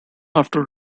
after